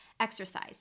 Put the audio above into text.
exercise